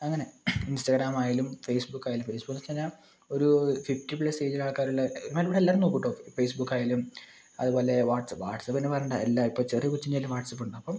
അങ്ങനെ ഇൻസ്റ്റഗ്രാം ആയാലും ഫേസ്ബുക്ക് ആയാലും ഫേസ്ബുക്ക് തന്നെയാണ് ഒരു ഫിഫ്റ്റി പ്ലസ് ഏജിൽ ആൾക്കാരുള്ള എന്നാലും ഇവിടെ എല്ലാവരും നോക്കും കേട്ടോ ഫേസ്ബുക്ക് ആയാലും അതുപോലെ വാട്ട്സ്ആപ്പ് വാട്ട്സ്ആപ്പ് പിന്നെ പറയേണ്ട ഇപ്പം എല്ലാ ചെറിയ കൊച്ചിന്റെ കയ്യിലും വാട്ട്സ്ആപ്പ് ഉണ്ട് അപ്പം